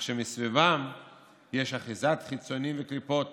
אך שמסביבם יש אחיזת חיצונים וקליפות